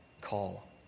call